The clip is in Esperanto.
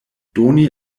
doni